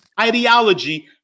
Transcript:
ideology